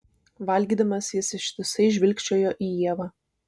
valgydamas jis ištisai žvilgčiojo į ievą